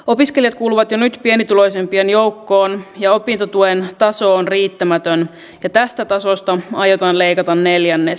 opiskelijat kuuluvat jo nyt pienituloisimpien joukkoon ja opintotuen taso on riittämätön ja tästä tasosta aiotaan leikata neljännes